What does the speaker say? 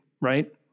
right